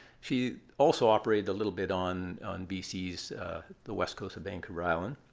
she also operated a little bit on on bc's the west coast of vancouver island.